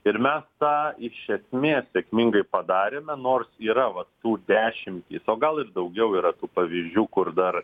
ir mes tą iš esmės sėkmingai padarėme nors yra vat tų dešimtys o gal ir daugiau yra tų pavyzdžių kur dar